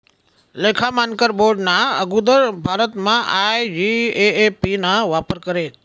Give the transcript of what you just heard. लेखा मानकर बोर्डना आगुदर भारतमा आय.जी.ए.ए.पी ना वापर करेत